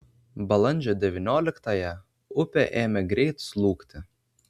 balandžio devynioliktąją upė ėmė greit slūgti